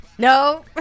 No